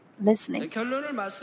listening